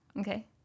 okay